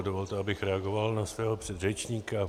Dovolte, abych reagoval na svého předřečníka.